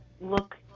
look